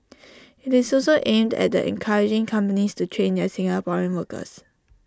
IT is also aimed at encouraging companies to train their Singaporean workers